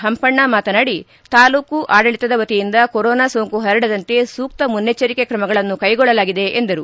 ಹಂಪಣ್ಣ ಮಾತನಾಡಿ ತಾಲೂಕು ಆಡಳಿತದ ವತಿಯಿಂದ ಕೊರೊನಾ ಸೋಂಕು ಹರಡದಂತೆ ಸೂಕ್ತ ಮುನ್ನೆಚ್ಚರಿಕೆ ಕ್ರಮಗಳನ್ನು ಕೈಗೊಳ್ಳಲಾಗಿದೆ ಎಂದರು